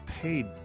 paid